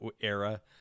era